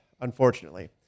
unfortunately